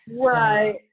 Right